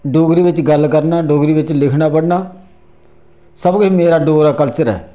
डोगरी बिच्च गल्ल करना डोगरी बिच्च लिखना पढ़ना सब किश मेरा डोगरा कल्चर ऐ